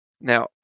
Now